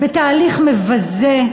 בתהליך מבזה,